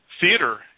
theater